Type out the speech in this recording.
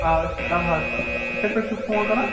آ أسۍ چھِ طلحہ تُہۍ کَتہِ پٮ۪ٹھ چھُو فون کران